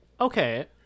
Okay